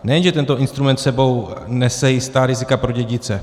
Nejenže tento instrument s sebou nese jistá rizika pro dědice.